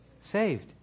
saved